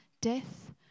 death